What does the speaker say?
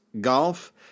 golf